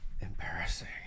embarrassing